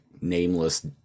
nameless